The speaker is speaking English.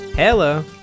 Hello